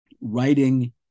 Writing